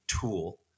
tool